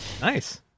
Nice